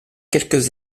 quelques